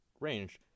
range